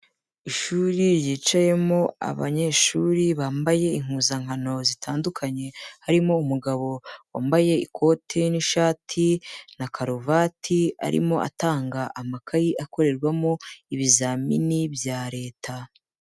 Ishuri ryicayemo abanyeshuri bambaye impuzankano zitandukanye harimo umugabo wambaye ikote n'ishati na karuvati arimo atanga amakayi akorerwamo ibizamini bya leta.